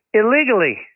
illegally